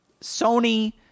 sony